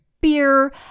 beer